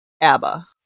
ABBA